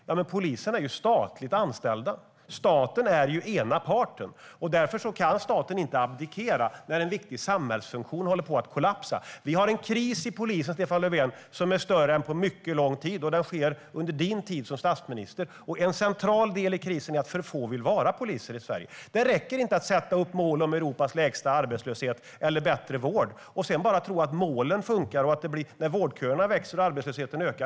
Poliserna är ju statligt anställda. Staten är den ena parten, och därför kan inte staten abdikera när en viktig samhällsfunktion håller på att kollapsa. Vi har en kris i polisen, Stefan Löfven, som är större än på mycket lång tid, och den sker under din tid som statsminister. En central del i krisen är att för få vill vara poliser i Sverige. Det räcker inte att sätta upp mål om Europas lägsta arbetslöshet eller bättre vård och sedan bara tro att målen funkar när vårdköerna växer och arbetslösheten ökar.